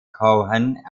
cohen